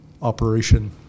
Operation